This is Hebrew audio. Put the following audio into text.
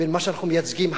בין מה שאנחנו מייצגים,